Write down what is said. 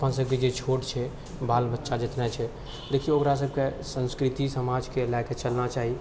अपन सबके जे छोट छै बाल बच्चा जतना छै देखिऔ ओकरा सबके संस्कृति समाजके लऽ कऽ चलना चाही